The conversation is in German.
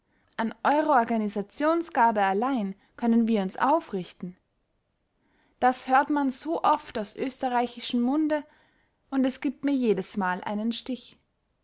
an eurer organisationsgabe allein können wir uns aufrichten das hört man so oft aus österreichischem munde und es gibt mir jedesmal einen stich